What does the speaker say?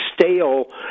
stale